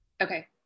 Okay